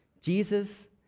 Jesus